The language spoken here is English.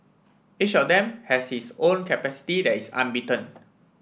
each of them has his own capacity that is unbeaten